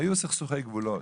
היו סכסוכי גבולות,